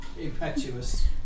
Impetuous